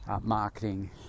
marketing